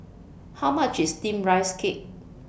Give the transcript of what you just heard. How much IS Steamed Rice Cake